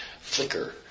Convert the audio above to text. flicker